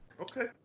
Okay